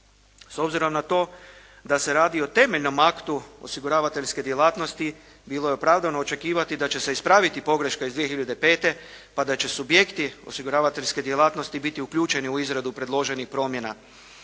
S obzirom na to da se radi o temeljnom aktu osiguravateljske djelatnosti bilo je opravdano očekivati da će se ispraviti pogreška iz 2005. pa da će subjekti osiguravateljske djelatnosti biti uključeni u izradu predloženih promjena.